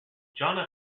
john